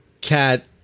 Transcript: cat